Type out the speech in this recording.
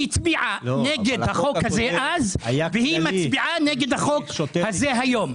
היא הצביעה נגד החוק הזה אז ומצביעה נגד החוק הזה היום.